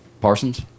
Parsons